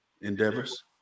endeavors